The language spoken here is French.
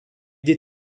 des